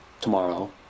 tomorrow